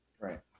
Right